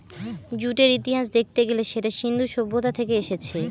জুটের ইতিহাস দেখতে গেলে সেটা সিন্ধু সভ্যতা থেকে এসেছে